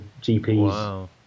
GPs